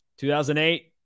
2008